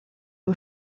aux